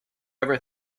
ever